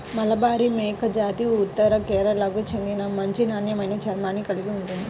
మలబారి మేకజాతి ఉత్తర కేరళకు చెందిన మంచి నాణ్యమైన చర్మాన్ని కలిగి ఉంటుంది